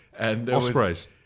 Ospreys